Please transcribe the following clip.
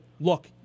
look